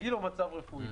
גיל או מצב רפואי.